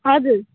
हजुर